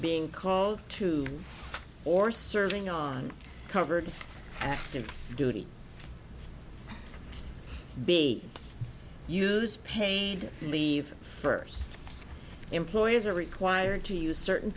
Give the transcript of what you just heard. being called to or serving on covered active duty b use paid leave first employers are required to use certain